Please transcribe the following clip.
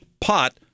pot